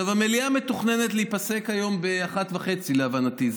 המליאה מתוכננת להיפסק היום ב-01:30, להבנתי.